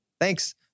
Thanks